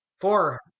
four